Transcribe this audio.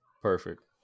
Perfect